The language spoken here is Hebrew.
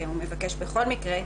כי הוא מבקש בכל מקרה.